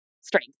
strength